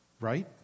Right